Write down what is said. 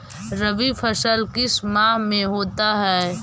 रवि फसल किस माह में होता है?